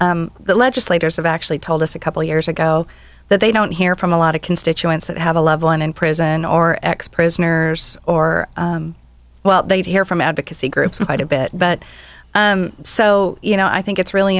the legislators have actually told us a couple years ago that they don't hear from a lot of constituents that have a loved one in prison or ex prisoners or well they'd hear from advocacy groups quite a bit but so you know i think it's really